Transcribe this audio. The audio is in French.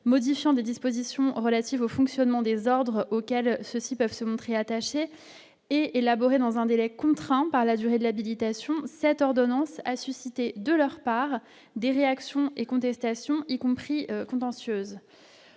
modifiant des dispositions relatives au fonctionnement ordres auxquels ceux-ci peuvent se montrer attaché et élaborer dans un délai contraint par la durée de l'habilitation cette ordonnance a suscité de leur part des réactions et contestation y compris contentieuses